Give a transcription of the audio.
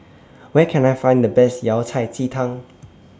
Where Can I Find The Best Yao Cai Ji Tang